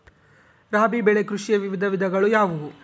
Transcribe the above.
ರಾಬಿ ಬೆಳೆ ಕೃಷಿಯ ವಿವಿಧ ವಿಧಗಳು ಯಾವುವು?